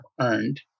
earned